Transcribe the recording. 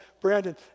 Brandon